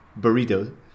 burrito